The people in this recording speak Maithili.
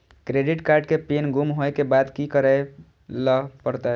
क्रेडिट कार्ड के पिन गुम होय के बाद की करै ल परतै?